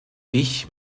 ich